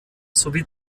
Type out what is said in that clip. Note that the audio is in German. sowie